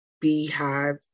beehive